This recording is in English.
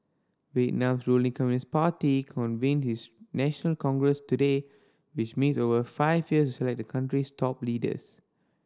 Vietnam's ruling Communist Party convene its national congress today which meets every five years to select the country's top leaders